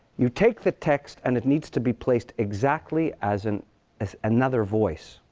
you take the text, and it needs to be placed exactly as and as another voice.